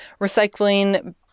recycling